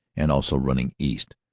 and also running east,